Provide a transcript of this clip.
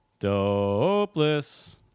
Dopeless